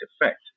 effect